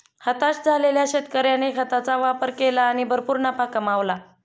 हताश झालेल्या शेतकऱ्याने खताचा वापर केला आणि भरपूर नफा कमावला